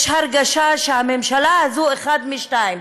יש הרגשה שהממשלה הזאת היא אחד משניים: